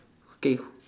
okay